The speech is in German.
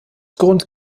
grund